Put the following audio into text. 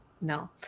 No